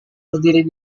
berdiri